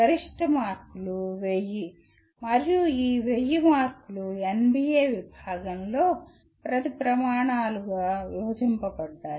గరిష్ట మార్కులు 1000 మరియు ఈ 1000 మార్కులు NBA విషయంలో 10 ప్రమాణాలు గా విభజించబడ్డాయి